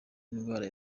indwara